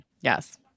Yes